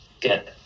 get